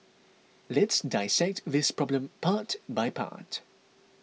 let's dissect this problem part by part